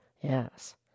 Yes